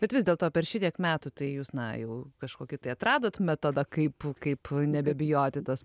bet vis dėlto per šitiek metų tai jūs na jau kažkokį tai atradot metodą kaip kaip nebebijoti tos